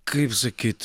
kaip sakyt